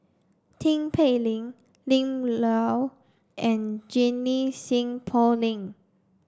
Tin Pei Ling Lim Yau and Junie Sng Poh Leng